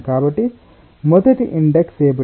కాబట్టి మొదటి ఇండెక్స్ ఏమిటి